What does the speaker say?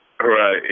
Right